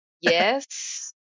yes